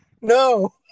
No